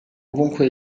ovunque